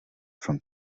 from